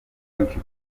byinshi